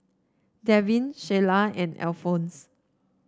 Devin Shiela and Alphons